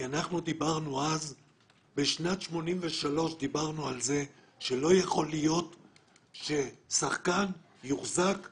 דברנו כבר בשנת 83 על זה שלא יכול להיות ששחקן יוחזק כעבד,